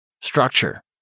structure